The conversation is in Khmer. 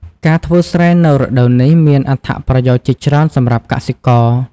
ការធ្វើស្រែនៅរដូវនេះ មានអត្ថប្រយោជន៍ជាច្រើនសម្រាប់កសិករ។